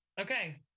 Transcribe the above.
Okay